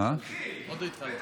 עוד לא התחלתי.